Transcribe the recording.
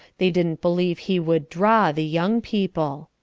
they didn't believe he would draw the young people.